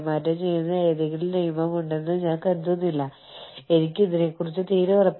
ഘട്ടം രണ്ട് വിദേശ രാജ്യങ്ങളെ ഉൾപ്പെടുത്തുന്നതിനായി നിങ്ങളുടെ വിപണി വിപുലീകരിക്കുക